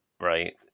Right